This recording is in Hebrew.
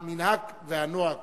המנהג והנוהג